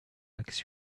likes